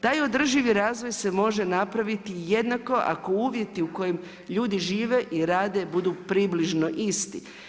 Taj održivi razvoj se može napraviti jednako ako uvjeti u kojima ljudi žive i rade budu približno isti.